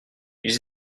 ils